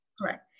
Correct